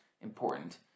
important